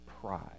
pride